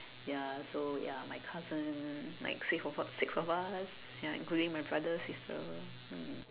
ya so ya my cousin like six of us six of us ya including my brother sister